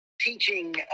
teaching